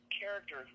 character